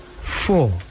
Four